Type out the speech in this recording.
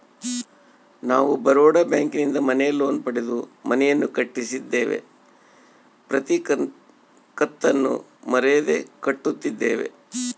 ನಾವು ಬರೋಡ ಬ್ಯಾಂಕಿನಿಂದ ಮನೆ ಲೋನ್ ಪಡೆದು ಮನೆಯನ್ನು ಕಟ್ಟಿದ್ದೇವೆ, ಪ್ರತಿ ಕತ್ತನ್ನು ಮರೆಯದೆ ಕಟ್ಟುತ್ತಿದ್ದೇವೆ